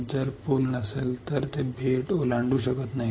जर पूल नसेल तर ते बेट ओलांडू शकत नाहीत